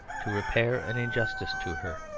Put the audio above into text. to repair an injustice to her,